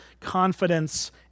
confidence